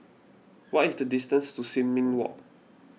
what is the distance to Sin Ming Walk